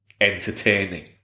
entertaining